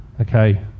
Okay